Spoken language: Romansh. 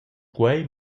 quei